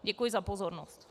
Děkuji za pozornost.